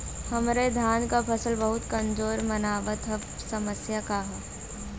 हमरे धान क फसल बहुत कमजोर मनावत ह समस्या का ह?